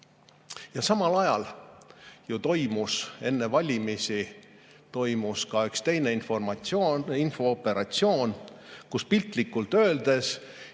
Ja samal ajal toimus enne valimisi ka üks teine infooperatsioon, kus piltlikult öeldes